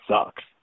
sucks